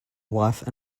wife